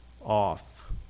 off